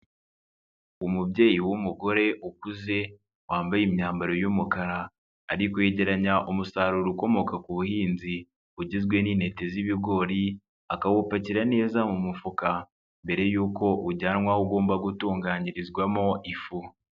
Umubyeyi w'umugore ukuze wambaye imyambaro y'umukara, ari kwegeranya umusaruro ukomoka ku buhinzi bugizwe n'inete z'ibigori, akawupakira neza mu mufuka mbere y'uko ujyanwa aho ugomba gutunganyirizwamo ifu.